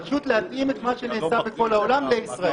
פשוט להתאים את מה שנעשה בכל העולם לישראל.